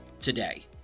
today